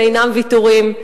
שאינם ויתורים,